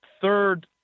third